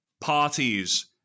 parties